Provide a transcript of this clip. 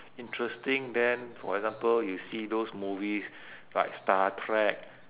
interesting than for example you see those movies like star trek